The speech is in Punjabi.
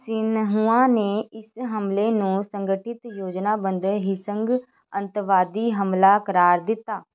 ਸਿਨਹੂਆ ਨੇ ਇਸ ਹਮਲੇ ਨੂੰ ਸੰਗਠਿਤ ਯੋਜਨਾਬੱਧ ਹਿੰਸਕ ਅੱਤਵਾਦੀ ਹਮਲਾ ਕਰਾਰ ਦਿੱਤਾ